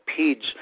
peds